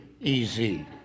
Easy